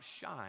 shine